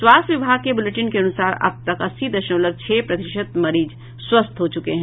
स्वास्थ्य विभाग के बुलेटिन के अनुसार अब तक अस्सी दशमलव छह प्रतिशत मरीज स्वस्थ हो चुके हैं